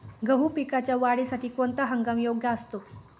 गहू पिकाच्या वाढीसाठी कोणता हंगाम योग्य असतो?